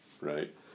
right